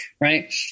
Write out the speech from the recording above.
Right